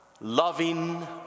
loving